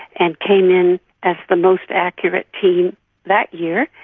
and came in as the most accurate team that year,